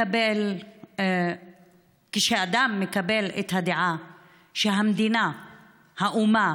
"כשאדם מקבל את הדעה שהמדינה, האומה,